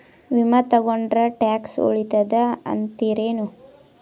ವಿಮಾ ತೊಗೊಂಡ್ರ ಟ್ಯಾಕ್ಸ ಉಳಿತದ ಅಂತಿರೇನು?